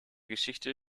geschichte